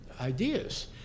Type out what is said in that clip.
ideas